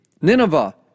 Nineveh